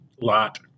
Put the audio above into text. lot